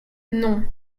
non